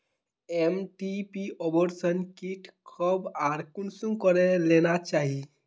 MTP abortion kit कब आर कुंसम करे लेना चही?